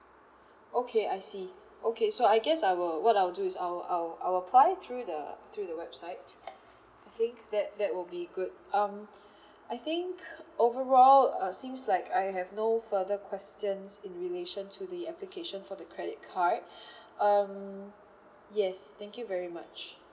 okay I see okay so I guess I will what I will do is I will I will I will apply through the through the website I think that that will be good um I think overall uh seems like I have no further questions in relation to the application for the credit card um yes thank you very much